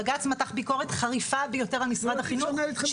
בג"ץ מתח ביקורת חריפה ביותר על משרד החינוך,